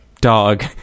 dog